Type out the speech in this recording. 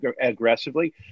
aggressively